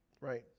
right